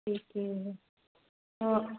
ठीके है ओ